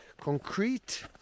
concrete